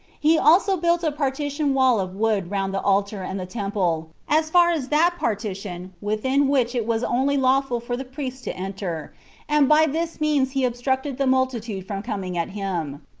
he also built a partition-wall of wood round the altar and the temple, as far as that partition within which it was only lawful for the priests to enter and by this means he obstructed the multitude from coming at him.